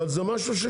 אבל זה שנים,